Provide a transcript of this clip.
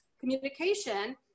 communication